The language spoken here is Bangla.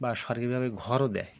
বা সরকারিভাবে ঘরও দেয়